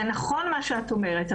זה נכון, מה שאת אומרת.